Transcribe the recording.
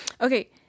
Okay